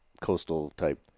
coastal-type